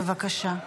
בבקשה.